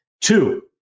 Two